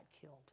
killed